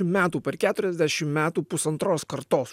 metų per keturiasdešim metų pusantros kartos